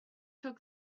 took